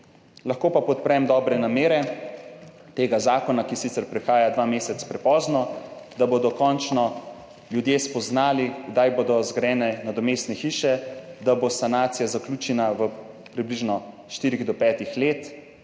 Lahko pa podprem dobre namere tega zakona, ki sicer prihaja dva meseca prepozno, da bodo končno ljudje spoznali, kdaj bodo zgrajene nadomestne hiše, da bo sanacija zaključena v približno štirih do petih